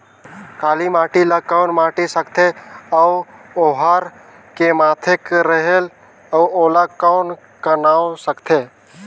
काला माटी ला कौन माटी सकथे अउ ओहार के माधेक रेहेल अउ ओला कौन का नाव सकथे?